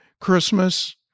Christmas